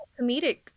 Comedic